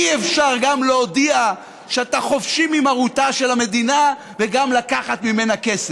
אי-אפשר גם להודיע שאתה חופשי ממרותה של המדינה וגם לקחת ממנה כסף.